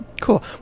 cool